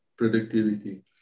productivity